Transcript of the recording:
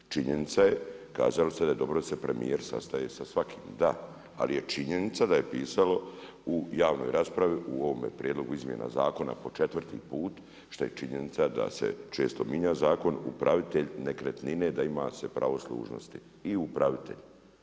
Činjenica je kazali ste da je dobro da se premijer sastaje sa svakim, da, ali je činjenica da je pisalo u javnoj raspravi u ovome prijedlogu izmjena zakona po četvrti put što je činjenica da se često mijenja zakon, upravitelj nekretnine da ima se pravo služnosti i upravitelj.